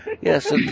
Yes